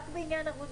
רק בעניין ערבות,